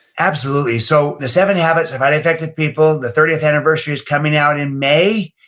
absolutely. so, the seven habits of highly effective people, the thirtieth anniversary is coming out in may,